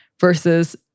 versus